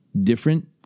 different